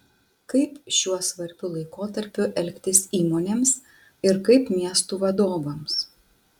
kaip šiuo svarbiu laikotarpiu elgtis įmonėms ir kaip miestų vadovams